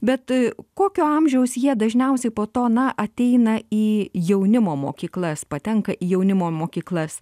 bet kokio amžiaus jie dažniausiai po to na ateina į jaunimo mokyklas patenka į jaunimo mokyklas